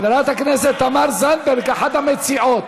חברת הכנסת תמר זנדברג היא אחת המציעות.